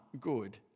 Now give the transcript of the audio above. good